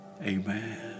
Amen